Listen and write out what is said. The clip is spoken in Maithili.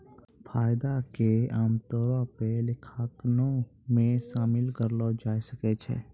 फायदा के आमतौरो पे लेखांकनो मे शामिल करलो जाय सकै छै